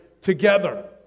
together